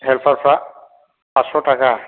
साराइ फासस' आतस' थाखा